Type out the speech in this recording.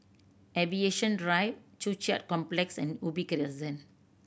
Aviation Drive Joo Chiat Complex and Ubi Crescent